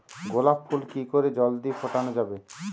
গোলাপ ফুল কি করে জলদি ফোটানো যাবে?